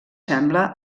sembla